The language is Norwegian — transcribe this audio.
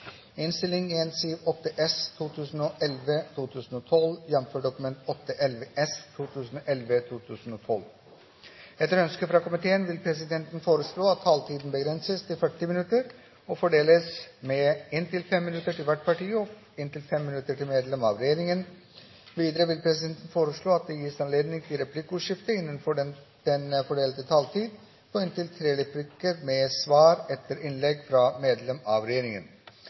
innstilling i saken, og jeg tar herved opp de forslagene som ligger der. Flere har ikke bedt om ordet til sak nr. 11. Etter ønske fra arbeids- og sosialkomiteen vil presidenten foreslå at taletiden begrenses til 40 minutter og fordeles med inntil 5 minutter til hvert parti og inntil 5 minutter til medlem av regjeringen. Videre vil presidenten foreslå at det gis anledning til replikkordskifte på inntil tre replikker med svar etter innlegg fra medlem av regjeringen